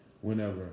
whenever